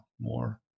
more